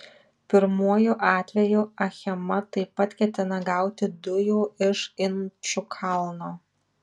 pirmuoju atveju achema taip pat ketina gauti dujų iš inčukalno